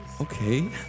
Okay